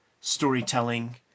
storytelling